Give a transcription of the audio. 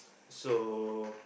so